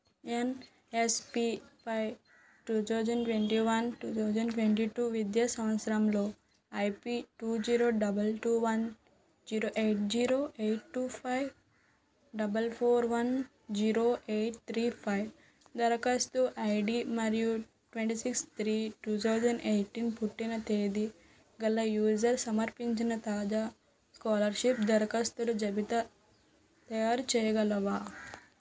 ఎన్ఎస్పిపై two thousand twenty one two thousand twenty two విద్యా సంవత్సరంలో IP two zero double two one zero eight zero eight two five double four one zero eight three five దరఖాస్తు ID మరియు twenty six three two thousand eighteen పుట్టిన తేది గల user సమర్పించిన తాజా scholarship దరఖాస్తుల జాబితా తయారు చేయగలవా